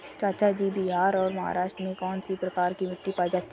चाचा जी बिहार और महाराष्ट्र में कौन सी प्रकार की मिट्टी पाई जाती है?